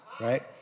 right